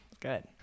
good